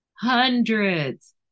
Hundreds